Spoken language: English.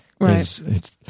Right